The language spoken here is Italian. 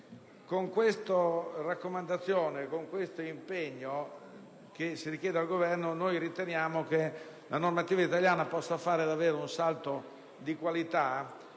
Con questa raccomandazione e con questo impegno che si richiede al Governo noi riteniamo che la normativa italiana possa fare davvero un salto di qualità